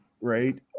right